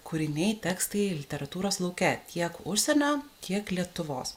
kūriniai tekstai literatūros lauke tiek užsienio tiek lietuvos